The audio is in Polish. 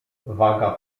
waga